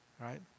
right